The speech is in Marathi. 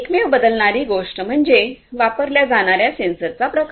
एकमेव बदलणारी गोष्ट म्हणजे वापरल्या जाणार्या सेन्सरचा प्रकार